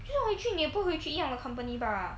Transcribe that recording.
就回去也不会去一样的 company bah